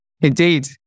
Indeed